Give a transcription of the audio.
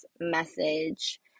message